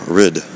rid